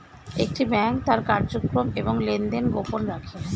একটি ব্যাংক তার কার্যক্রম এবং লেনদেন গোপন রাখে